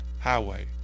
Highway